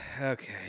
Okay